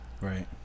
right